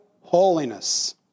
holiness